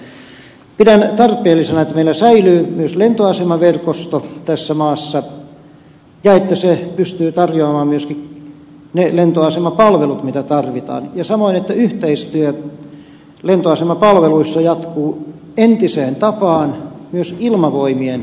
pidän tarpeellisena että meillä säilyy myös lentoasemaverkosto tässä maassa ja että se pystyy tarjoamaan myöskin ne lentoasemapalvelut mitä tarvitaan ja samoin että yhteistyö lentoasemapalveluissa jatkuu entiseen tapaan myös ilmavoimien kanssa